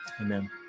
amen